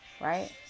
Right